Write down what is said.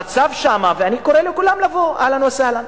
המצב שם, ואני קורא לכולם לבוא, אהלן וסהלן.